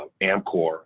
Amcor